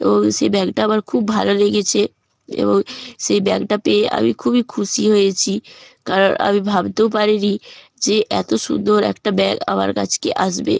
এবং সেই ব্যাগটা আমার খুব ভালো লেগেছে এবং সেই ব্যাগটা পেয়ে আমি খুবই খুশি হয়েছি কারণ আমি ভাবতেও পারি নি যে এতো সুন্দর একটা ব্যাগ আমার কাছে আসবে